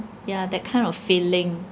ya that kind of feeling